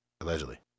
Allegedly